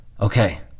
Okay